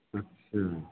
अच्छा